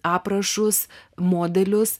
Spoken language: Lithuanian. aprašus modelius